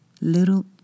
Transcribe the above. little